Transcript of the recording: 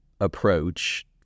approach